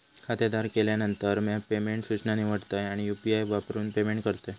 खात्यावर गेल्यानंतर, म्या पेमेंट सूचना निवडतय आणि यू.पी.आई वापरून पेमेंट करतय